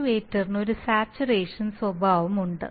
ആക്ച്യുവേറ്ററിന് ഒരു സാച്ചുറേഷൻ സ്വഭാവമുണ്ട്